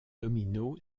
domino